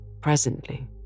Presently